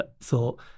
thought